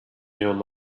yolu